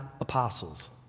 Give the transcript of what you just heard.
apostles